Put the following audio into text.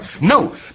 No